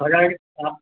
ફરાળી હા